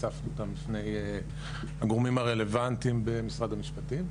הצפת אותם בפני הגורמים הרלוונטיים במשרד המשפטים.